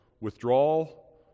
withdrawal